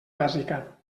bàsica